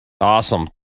Awesome